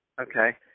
Okay